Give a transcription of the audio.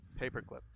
Paperclip